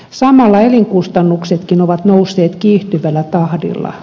samalla elinkustannuksetkin ovat nousseet kiihtyvällä tahdilla